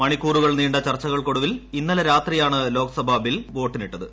മണിക്കൂറുകൾ നീണ്ട ചർച്ചയ്ക്കൊടുവിൽ ഇന്നലെ രാത്രിയാണ് ലോക്സഭ ബിൽ വോട്ടിനിട്ടത്